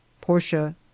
Portia